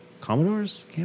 Commodores